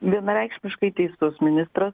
vienareikšmiškai teisus ministras